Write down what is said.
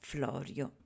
Florio